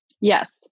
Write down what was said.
yes